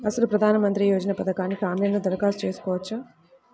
అసలు ప్రధాన మంత్రి యోజన పథకానికి ఆన్లైన్లో దరఖాస్తు చేసుకోవచ్చా?